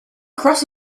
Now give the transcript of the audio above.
cross